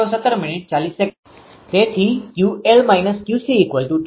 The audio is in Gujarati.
તેથી 𝑄𝐶𝑄𝑙 −𝑄 છે